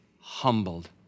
humbled